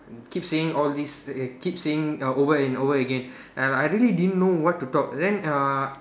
keep saying all these keep saying over and over again and I really didn't know what to talk then err